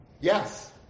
Yes